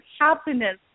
happiness